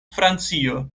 francio